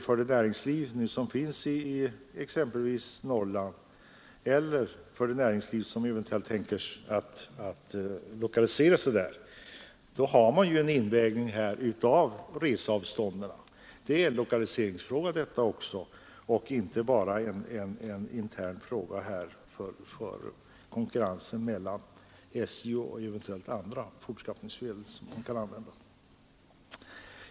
För det näringsliv som finns i exempelvis Norrland, eller för det näringsliv som eventuellt kan tänkas lokalisera sig där, har man att räkna med en invägning av reseavstånden i kalkylerna. Frågan om snabbtågen är alltså även en lokaliseringsfråga och inte bara en intern fråga om konkurrensen mellan SJ och eventuellt andra fortskaffningsmedel.